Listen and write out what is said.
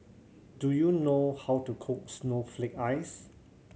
do you know how to cook snowflake ice